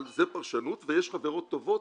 אבל זה פרשנות ויש חברות טובות